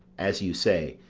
as you say,